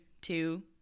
two